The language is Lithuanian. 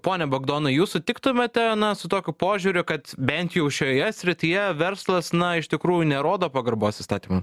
pone bogdanai jūs sutiktumėte su tokiu požiūriu kad bent jau šioje srityje verslas na iš tikrųjų nerodo pagarbos įstatymam